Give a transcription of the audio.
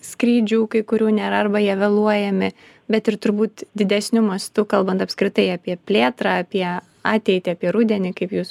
skrydžių kai kurių nėra arba jie vėluojami bet ir turbūt didesniu mastu kalbant apskritai apie plėtrą apie ateitį apie rudenį kaip jūs